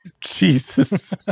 Jesus